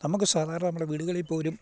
നമുക്ക് സാധാരണ നമ്മുടെ വീടുകളിൽ പോലും